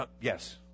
yes